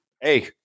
hey